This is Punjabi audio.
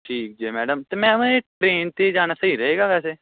ਠੀਕ ਜੇ ਮੈਡਮ ਅਤੇ ਮੈਮ ਇਹ ਟ੍ਰੇਨ 'ਤੇ ਜਾਣਾ ਸਹੀ ਰਹੇਗਾ ਵੈਸੇ